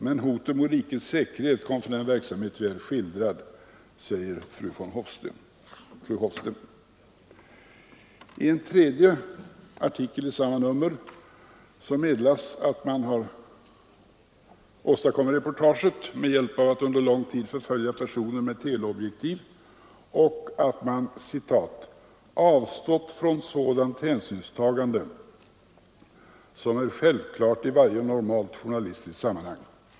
Men hotet mot rikets säkerhet kommer från den verksamhet som vi här skildrar.” I en tredje artikel i samma nummer meddelas att man har åstadkommit reportaget genom att under lång tid förfölja personer med teleobjektiv och att man ”avstått från sådant hänsynstagande som är självklart i varje normalt journalistiskt sammanhang”.